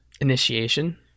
Initiation